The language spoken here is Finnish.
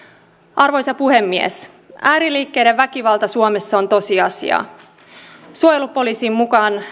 arvoisa puhemies ääriliikkeiden väkivalta suomessa on tosiasia suojelupoliisin mukaan